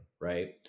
right